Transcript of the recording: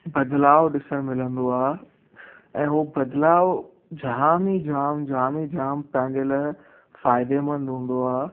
बदिलाउ ॾिसणु मिलंदो आहे ऐं उहो बदिलाउ जाम ई जाम जाम ई जाम पंहिंजे लाइ फ़ाइदेमंद हूंदो आहे